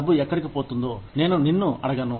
డబ్బు ఎక్కడికి పోతుందో నేను నిన్ను అడగను